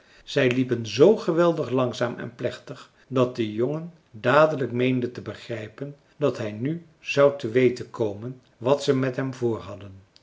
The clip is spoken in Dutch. zij liepen z geweldig langzaam en plechtig dat de jongen dadelijk meende te begrijpen dat hij nu zou te weten komen wat ze met hem